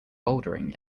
bouldering